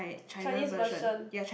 Chinese version